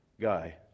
guy